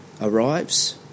arrives